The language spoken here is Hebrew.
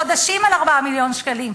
חודשים, על 4 מיליון שקלים.